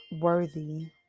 worthy